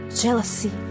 jealousy